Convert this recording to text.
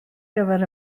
gyfer